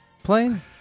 plane